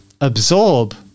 absorb